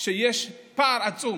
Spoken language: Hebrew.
שיש פער עצום